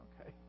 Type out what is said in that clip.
okay